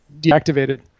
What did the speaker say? deactivated